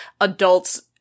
Adults